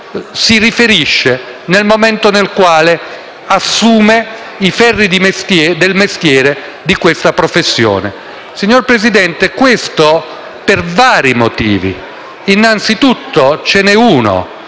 si riferisce nel momento in cui assume i ferri del mestiere di questa professione. E questo, signor Presidente, per vari motivi. Anzitutto, ce n'è uno.